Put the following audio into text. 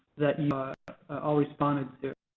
that you all responded to.